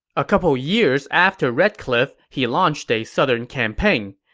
a couple years after red cliff, he launched a southern campaign.